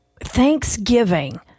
Thanksgiving